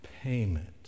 payment